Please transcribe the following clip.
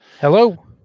Hello